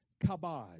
kabod